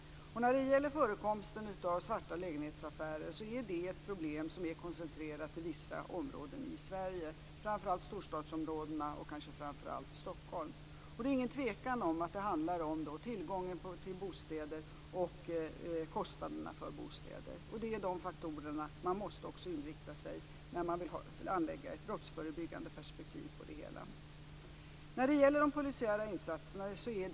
Förekomsten av svarta lägenhetsaffärer är ett problem koncentrerat till vissa områden i Sverige, framför allt storstadsområden och då framför allt Stockholm. Det råder inget tvivel om att det handlar om tillgången till bostäder och kostnaderna för bostäder. Det är de faktorerna man måste inrikta sig på när man vill anlägga ett brottsförebyggande perspektiv på det hela.